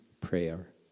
prayer